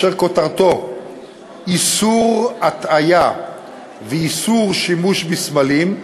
אשר כותרתו "איסור הטעיה ואיסור שימוש בסמלים",